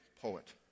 poet